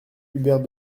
hubert